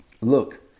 Look